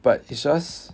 but it's just